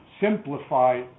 simplify